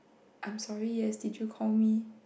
I am sorry yes did you call me